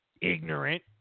ignorant